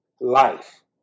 life